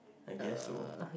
I guess so